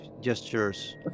gestures